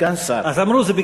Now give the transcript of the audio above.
סגן שר.